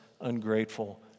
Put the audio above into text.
ungrateful